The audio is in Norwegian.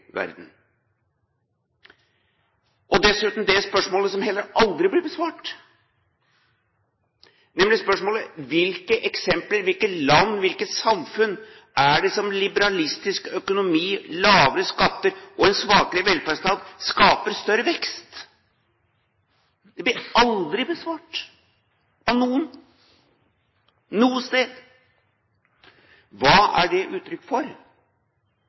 Dessuten – det spørsmålet som heller aldri blir besvart, er nemlig spørsmålet: Hvilke eksempler – i hvilke land, i hvilke samfunn – er det på at liberalistisk økonomi, lavere skatter og en svakere velferdsstat skaper større vekst? Det blir aldri besvart av noen noe sted. Hva er det uttrykk for?